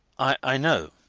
i know!